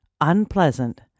unpleasant